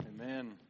Amen